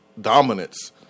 dominance